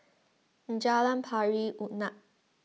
Jalan Pari Unak